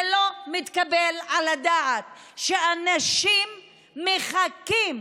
זה לא מתקבל על הדעת שאנשים מחכים